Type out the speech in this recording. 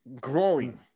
growing